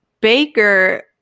Baker